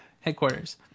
headquarters